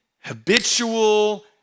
habitual